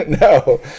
No